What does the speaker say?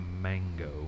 Mango